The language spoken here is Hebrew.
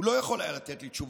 הוא לא יכול היה לתת לי תשובה,